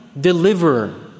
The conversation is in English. deliverer